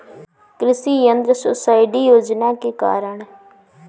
कृषि यंत्र सब्सिडी योजना के कारण?